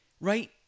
right